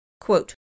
Quote